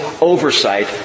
oversight